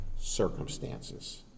circumstances